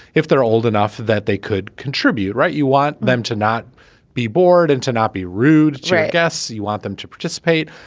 if they're old enough that they could contribute, right. you want them to not be bored and to not be rude guests. you want them to participate.